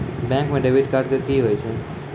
Bank म debit card की होय छै?